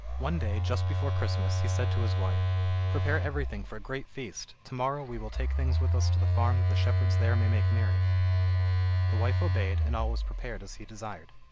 one day, just before christmas, he said to his wife prepare everything for a great feast, to-morrow we will take things with us to the farm that the shepherds there may make merry the wife obeyed, and all was prepared as he desired.